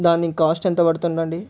దానికి కాస్ట్ ఎంత పడుతుంది అండి